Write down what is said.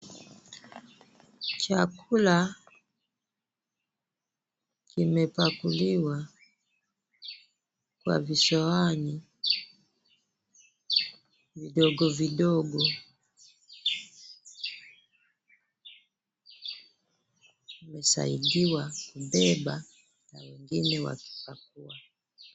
Chakula kimepakuliwa kwa visahani vidogo vidogo. Amesaidiwa kubeba na wengine wakipakua.